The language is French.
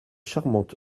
charmante